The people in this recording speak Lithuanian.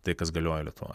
tai kas galioja lietuvoj